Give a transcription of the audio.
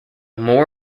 more